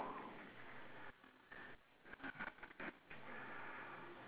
so on his left hand side there will be a basket of fishes